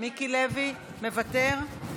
מיקי לוי, מוותר?